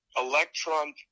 Electron